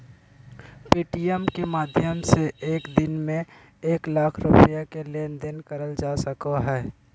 Paytm के माध्यम से एक दिन में एक लाख रुपया के लेन देन करल जा सको हय